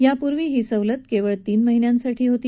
यापूर्वी अशी सवलत केवळ तीन महिन्यांसाठी होती